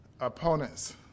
opponents